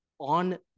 on